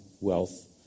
wealth